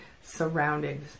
surrounded